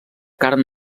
carn